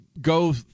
go